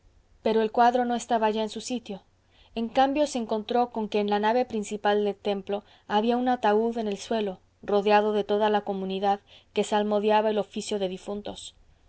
pero el cuadro no estaba ya en su sitio en cambio se encontró con que en la nave principal del templo había un ataúd en el suelo rodeado de toda la comunidad que salmodiaba el oficio de difuntos